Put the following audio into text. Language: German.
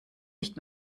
nicht